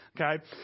Okay